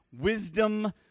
wisdom